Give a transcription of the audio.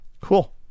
Cool